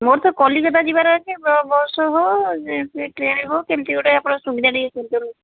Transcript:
ମୋର ତ କଲିକତା ଯିବାର ଅଛି ବସ୍ ହଉ ସେ ଟ୍ରେନ ହଉ କେମିତି ଆପଣ ଗୋଟେ ସୁବିଧା ଟିକେ କରିଦେବେ